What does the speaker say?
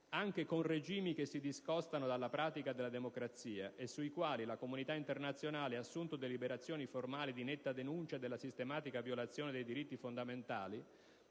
anche con regimi che si discostano dalla pratica della democrazia e sui quali la comunità internazionale ha assunto deliberazioni formali di netta denuncia della sistematica violazione dei diritti fondamentali»